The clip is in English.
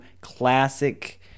classic